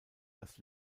dass